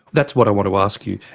that's what i want to ask you.